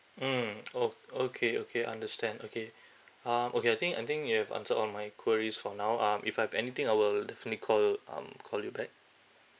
mm ok~ okay okay understand okay um okay I think I think you have answered all my queries for now um if I have anything I will definitely call um call you back